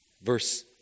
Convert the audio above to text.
verse